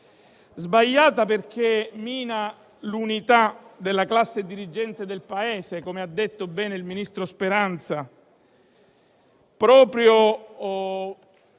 sbagliata perché mina l'unità della classe dirigente del Paese - come ha detto bene il ministro Speranza - proprio